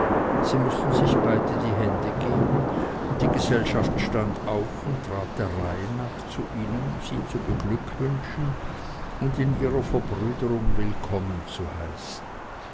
sie mußten sich die hände geben und die gesellschaft stand auf und trat der reihe nach zu ihnen um sie zu beglückwünschen und in ihrer verbrüderung willkommen zu heißen